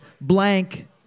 blank